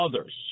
others